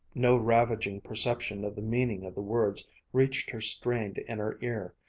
no ravaging perception of the meaning of the words reached her strained inner ear.